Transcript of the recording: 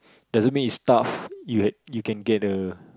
doesn't mean you staff you had you can get the